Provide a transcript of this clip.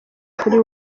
kuri